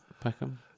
Peckham